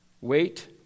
Wait